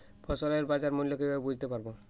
ফসলের বাজার মূল্য কিভাবে বুঝতে পারব?